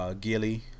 Gilly